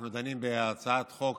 אנחנו דנים בהצעת חוק